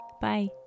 Bye